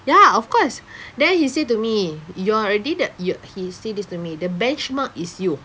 ya of course then he said to me you are already the yo~ he said this to me the benchmark is you